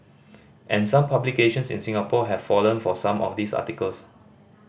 and some publications in Singapore have fallen for some of these articles